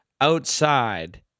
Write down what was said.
outside